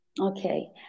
Okay